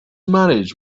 marriage